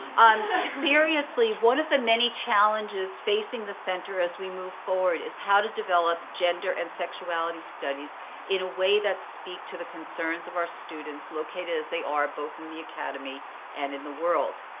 seriously, one of the many challenges facing the center as we move forward is how to develop gender and sexuality studies in a way that speak to the concerns of our students. located as they are both in the academy and in the world.